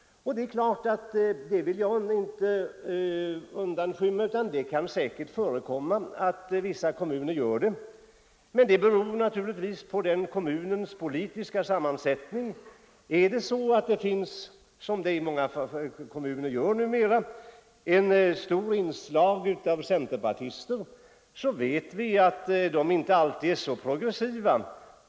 Jag vill inte undanskymma att det säkert kan förekomma att vissa kommuner gör det. Men det beror naturligtvis på kommunernas politiska sammansättning. Finns det - som numera är fallet i många kommuner —- ett stort inslag av centerpartister, så vet vi att de inte alltid är så progressiva.